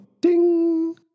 ding